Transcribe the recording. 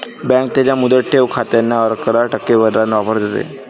bank त्यांच्या मुदत ठेव खात्यांना अकरा टक्के दराने ऑफर देते